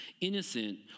innocent